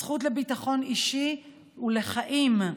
זכות לביטחון אישי ולחיים,